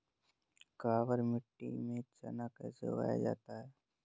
काबर मिट्टी में चना कैसे उगाया जाता है?